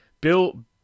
Bill